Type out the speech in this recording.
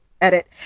Edit